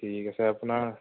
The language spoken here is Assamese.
ঠিক আছে আপোনাৰ